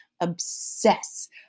obsess